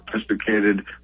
sophisticated